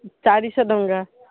ଚାରିଶହ ଟଙ୍କା